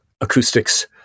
acoustics